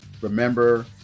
remember